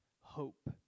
hope